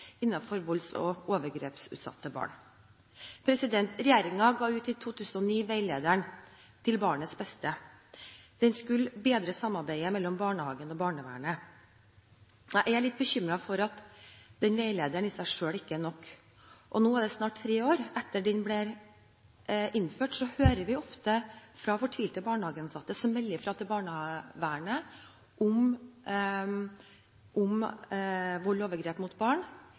ga i 2009 ut veilederen Til barnets beste. Den skulle bedre samarbeidet mellom barnehagene og barnevernet. Jeg er litt bekymret for at den veilederen i seg selv ikke er nok. Nå, snart tre år etter at den ble innført, hører vi ofte fra fortvilte barnehageansatte som melder fra til barnevernet om vold og overgrep mot barn,